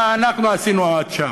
מה אנחנו עשינו עד שם?